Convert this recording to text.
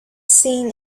seen